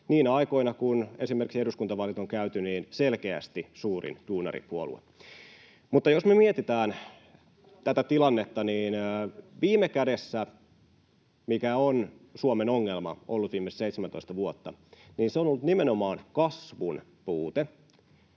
niinä aikoina, kun esimerkiksi eduskuntavaalit on käyty: selkeästi suurin duunaripuolue. Jos me mietitään tätä tilannetta, niin viime kädessä se, mikä on Suomen ongelma ollut viimeiset 17 vuotta, on ollut nimenomaan kasvun puute.